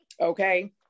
Okay